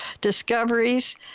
discoveries